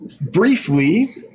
briefly